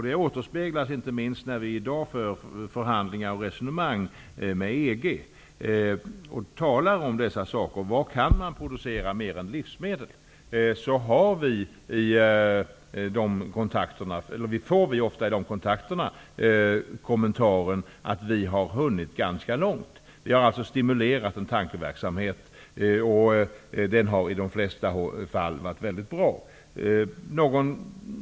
Detta återspeglas inte minst när vi i dag för förhandlingar och resonemang med EG om vad man kan producera utöver livsmedel. Vid dessa kontakter får vi ofta kommentaren att vi har hunnit ganska långt. Vi har alltså stimulerat en tankeverksamhet och den har i de flesta fall gett ett bra resultat.